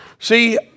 See